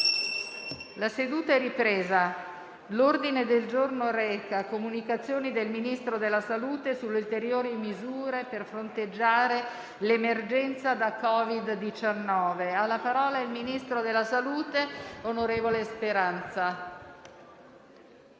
una nuova finestra"). L'ordine del giorno reca: «Comunicazioni del Ministro della salute sulle ulteriori misure per fronteggiare l'emergenza Covid-19». Ha facoltà di parlare il ministro della salute, onorevole Speranza.